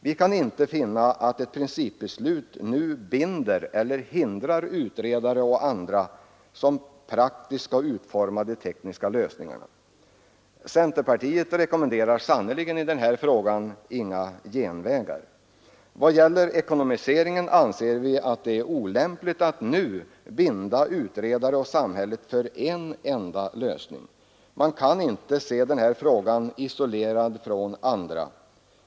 Vi kan inte finna att ett principbeslut nu binder eller hindrar utredare och andra, som praktiskt skall utforma de tekniska lösningarna. Centerpartiet rekommenderar sannerligen i den här frågan inga genvägar. I vad gäller ekonomiseringen anser vi det olämpligt att nu binda utredare och samhället för en enda lösning. Man kan inte se denna fråga isolerad från andra.